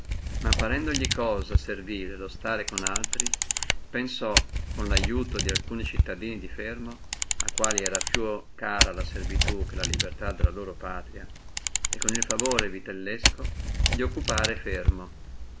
ma parendoli cosa servile lo stare con altri pensò con lo aiuto di alcuni cittadini di fermo a quali era più cara la servitù che la libertà della loro patria e con il favore vitellesco di occupare fermo